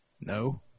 No